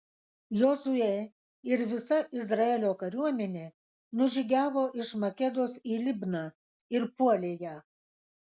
jozuė ir visa izraelio kariuomenė nužygiavo iš makedos į libną ir puolė ją